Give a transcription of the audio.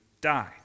die